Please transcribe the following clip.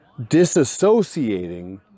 disassociating